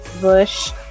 Bush